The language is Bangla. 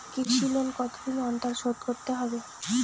কৃষি লোন কতদিন অন্তর শোধ করতে হবে?